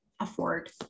afford